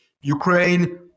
Ukraine